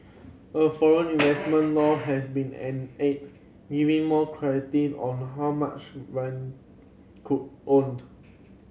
a foreign investment law has been giving more clarity on how much could owned